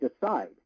decide